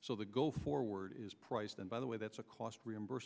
so the go forward is priced and by the way that's a cost reimburs